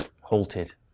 Halted